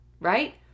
right